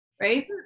Right